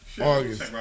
August